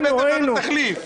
לא הבאתם לנו תחליף.